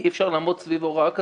אי אפשר לעמוד סביב הוראה כזאת,